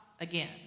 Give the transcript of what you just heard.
again